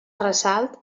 ressalt